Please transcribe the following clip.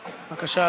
בבקשה,